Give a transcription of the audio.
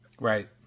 Right